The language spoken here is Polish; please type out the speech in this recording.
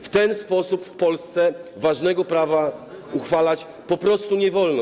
W ten sposób w Polsce ważnego prawa uchwalać po prostu nie wolno.